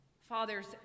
Father's